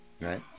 right